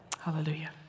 Hallelujah